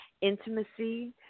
intimacy